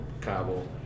Cabo